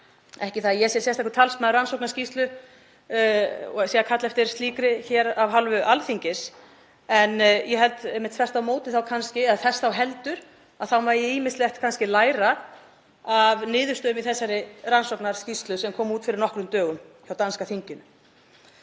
ekki það að ég sé sérstakur talsmaður rannsóknarskýrslu og sé að kalla eftir slíkri hér af hálfu Alþingis, en ég held einmitt þvert á móti eða þess þá heldur megi ýmislegt kannski læra af niðurstöðum í þeirri rannsóknarskýrslu sem kom út fyrir nokkrum dögum hjá danska þinginu.